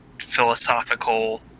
philosophical